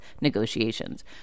negotiations